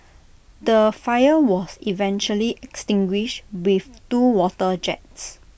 the fire was eventually extinguished with two water jets